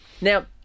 Now